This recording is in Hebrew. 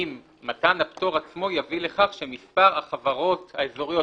אם מתן הפטור עצמו יביא לכך שמספר החברות האזוריות,